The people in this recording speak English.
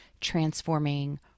transforming